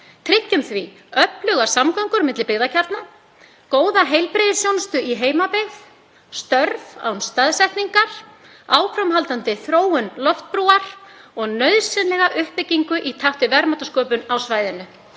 Tryggjum því öflugar samgöngur milli byggðakjarna, góða heilbrigðisþjónustu í heimabyggð, störf án staðsetningar, áframhaldandi þróun Loftbrúar og nauðsynlega uppbyggingu í takt við verðmætasköpun á svæðinu.